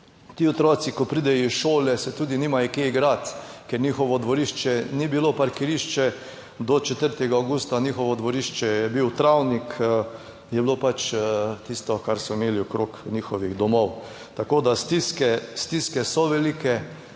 Ti otroci, ko pridejo iz šole, se tudi nimajo kje igrati, ker njihovo dvorišče ni bilo parkirišče do 4. avgusta, njihovo dvorišče je bil travnik, je bilo pač tisto, kar so imeli okrog njihovih domov. Tako da stiske, stiske